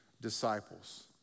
disciples